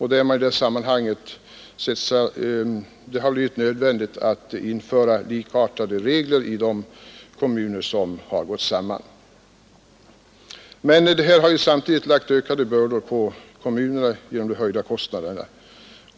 I det sammanhanget har det blivit nödvändigt att införa likartade regler i de kommuner som har gått samman. Samtidigt har emellertid detta lagt ökade bördor på kommunerna genom de höjda kostnaderna.